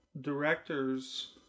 directors